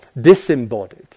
disembodied